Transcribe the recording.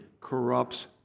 corrupts